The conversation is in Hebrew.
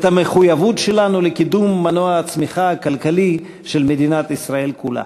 את המחויבות שלנו לקידום מנוע הצמיחה הכלכלי של מדינת ישראל כולה.